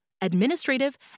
administrative